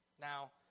Now